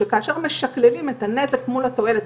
שני הגרפים הבאים בנשים יהודיות וערביות,